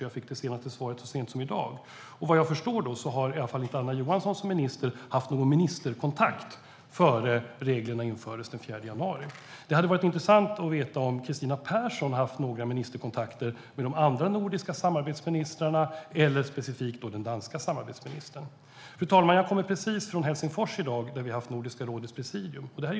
Jag fick det senaste svaret så sent som i dag. Vad jag förstår hade i alla fall Anna Johansson som minister inte någon ministerkontakt innan reglerna infördes den 4 januari. Det hade varit intressant att veta om Kristina Persson haft några kontakter med de andra nordiska samarbetsministrarna eller specifikt med den danske samarbetsministern. Fru talman! Jag kom från Helsingfors i dag, från ett möte i Nordiska rådets presidium.